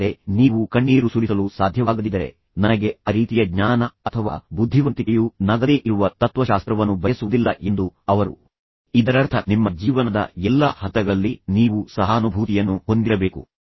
ಆದರೆ ನೀವು ಕಣ್ಣೀರು ಸುರಿಸಲು ಸಾಧ್ಯವಾಗದಿದ್ದರೆ ನನಗೆ ಆ ರೀತಿಯ ಜ್ಞಾನ ಅಥವಾ ಬುದ್ಧಿವಂತಿಕೆಯು ನಗದೇ ಇರುವ ತತ್ವಶಾಸ್ತ್ರವನ್ನು ಬಯಸುವುದಿಲ್ಲ ಎಂದು ಅವರು ಇದರರ್ಥ ನಿಮ್ಮ ಜೀವನದ ಎಲ್ಲಾ ಹಂತಗಳಲ್ಲಿ ನೀವು ಸಹಾನುಭೂತಿಯನ್ನು ಹೊಂದಿರಬೇಕು